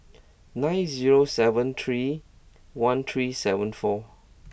nine zero seven three one three seven four